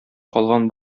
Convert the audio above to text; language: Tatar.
калган